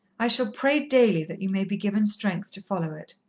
i shall pray daily that you may be given strength to follow it.